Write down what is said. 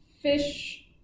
fish